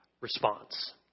response